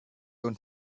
und